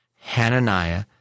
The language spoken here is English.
Hananiah